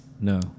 no